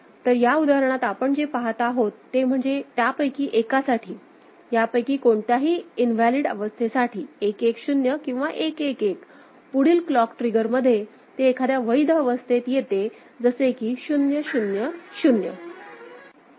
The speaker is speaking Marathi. तर या उदाहरणात आपण जे पहात आहोत ते म्हणजे त्यापैकी एकासाठी यापैकी कोणत्याही इनव्हॅलिड अवस्थेसाठी 1 1 0 किंवा 1 1 1 पुढील क्लॉक ट्रिगरमध्ये ते एखाद्या वैध अवस्थेत येते जसे की 0 0 0